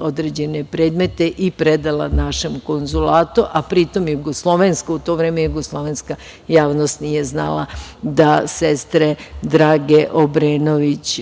određene predmete i predala našem konzulatu, a pri tom u to vreme jugoslovenska javnost nije znala da sestre Drage Obrenović